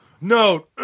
no